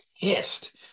pissed